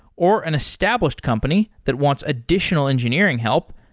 or an established company that wants additional engineering help,